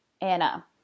Anna